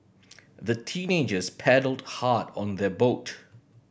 the teenagers paddled hard on their boat